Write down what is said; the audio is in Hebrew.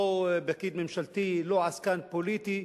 לא פקיד ממשלתי, לא עסקן פוליטי.